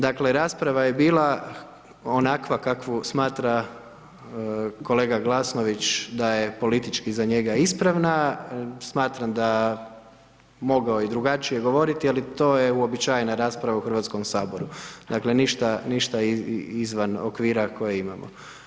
Dakle, rasprava je bila onakva kakvu smatra kolega Glasnović da je politički za njega ispravna, smatram da mogao je i drugačije govoriti, ali to je uobičajena rasprava u HS-u, dakle, ništa izvan okvira koje imamo.